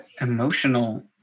emotional